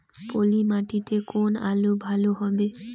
পলি মাটিতে কোন আলু ভালো হবে?